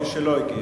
מי שלא הגיע,